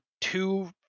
two